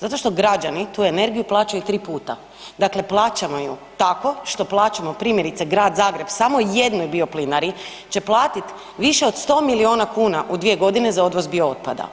Zato što građani tu energiju plaćaju tri puta, dakle plaćamo ju tako što plaćamo primjerice Grad Zagreb samo jednoj bioplinari će platiti više od 100 milijuna kuna u dvije godine za odvoz biootpada.